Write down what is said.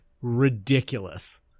ridiculous